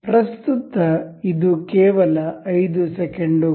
ಪ್ರಸ್ತುತ ಇದು ಕೇವಲ 5 ಸೆಕೆಂಡುಗಳು